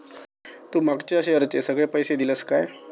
तू मागच्या शेअरचे सगळे पैशे दिलंस काय?